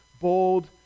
bold